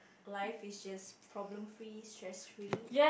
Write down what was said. life is just problem free stress free